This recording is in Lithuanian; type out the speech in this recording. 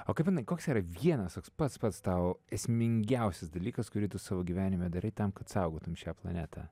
o kaip manai koks yra vienas toks pats pats tau esmingiausias dalykas kurį tu savo gyvenime darai tam kad saugotum šią planetą